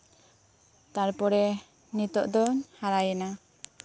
ᱛᱟᱨᱯᱚᱨᱮ ᱱᱤᱛᱚᱜ ᱫᱚᱧ ᱦᱟᱨᱟᱭᱮᱱᱟ